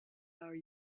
are